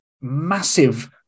massive